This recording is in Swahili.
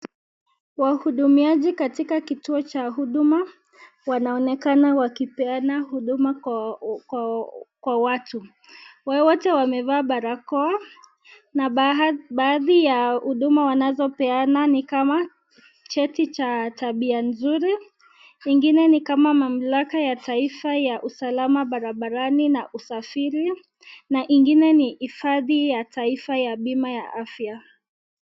Wahudumiaji katika kituo cha huduma wanaonekana wakipeana huduma kwa watu. Wote wamevaa barakoa, na baadhi ya huduma wanazopeana ni kama cheti cha tabia nzuri, ingine ni kama mamlaka ya taifa ya usalama barabarani na usafiri na ingine ni hifadhi ya taifa ya bima ya afya.